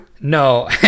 No